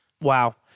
Wow